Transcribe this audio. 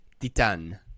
Titan